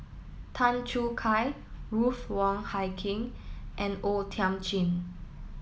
Tan Choo Kai Ruth Wong Hie King and O Thiam Chin